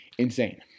Insane